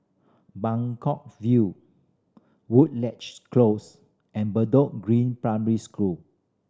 Buangkok View Woodleigh Close and Bedok Green Primary School